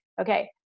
Okay